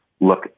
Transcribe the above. look